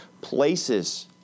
places